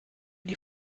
die